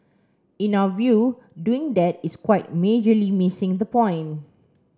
in our view doing that is quite majorly missing the point